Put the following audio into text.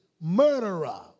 murderer